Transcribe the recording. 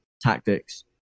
tactics